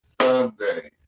Sunday